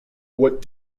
what